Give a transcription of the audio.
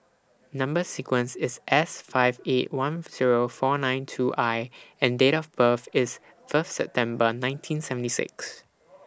Number sequence IS S five eight one Zero four nine two I and Date of birth IS First September nineteen seventy six